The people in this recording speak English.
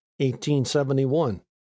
1871